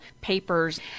papers